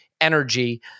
energy